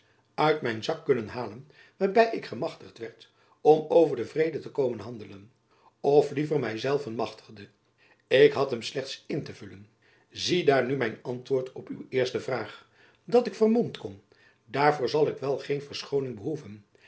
uit mijn zak kunnen halen waarby ik gemachtigd werd om over den vrede te komen handelen of liever my zelven machtigde ik had hem slechts in te vullen zie daar nu mijn antwoord op uw eerste vraag dat ik vermomd kom daarvoor zal ik wel geen verschooning behoeven